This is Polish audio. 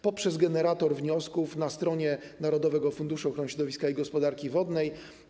Poprzez generator wniosków na stronie Narodowego Funduszu Ochrony Środowiska i Gospodarki Wodnej.